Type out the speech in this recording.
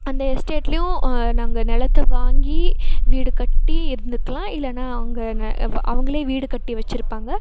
அந்த எஸ்டேட்லேயும் நாங்கள் நிலத்த வாங்கி வீடு கட்டி இருந்துக்கலாம் இல்லைன்னா அங்கே அவங்களே வீடு கட்டி வச்சுருப்பாங்க